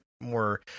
more